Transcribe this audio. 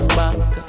back